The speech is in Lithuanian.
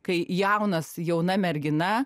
kai jaunas jauna mergina